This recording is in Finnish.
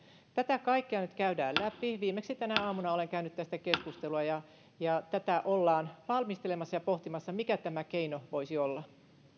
tätä kaikkea nyt käydään läpi viimeksi tänä aamuna olen käynyt tästä keskustelua ja ja tätä ollaan valmistelemassa ja pohtimassa mikä tämä keino voisi olla